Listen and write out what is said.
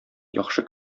яхшы